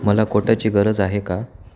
मला कोटाची गरज आहे का